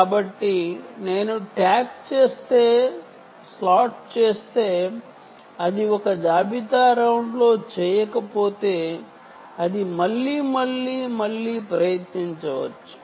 కాబట్టి ట్యాగ్ ఒక ఇన్వెంటరీ రౌండ్లో చేయకపోతే అది మళ్లీ మళ్లీ ప్రయత్నించవచ్చు